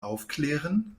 aufklären